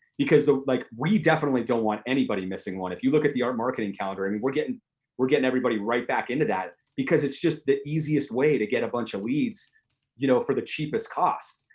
because like we definitely don't want anybody missing one. if you look at the art marketing calendar, and we're getting we're getting everybody right back into that because it's just the easiest way to get a bunch of leads you know for the cheapest cost.